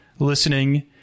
listening